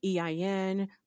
EIN